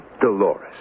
Dolores